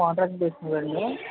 contract base మీద అండీ